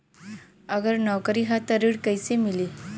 अगर नौकरी ह त ऋण कैसे मिली?